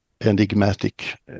enigmatic